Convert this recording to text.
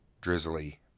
drizzly